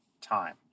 Time